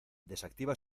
desactiva